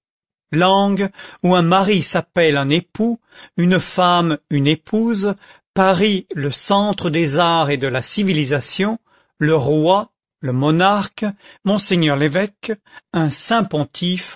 langue où un mari s'appelle un époux une femme une épouse paris le centre des arts et de la civilisation le roi le monarque monseigneur l'évêque un